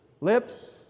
lips